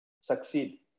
succeed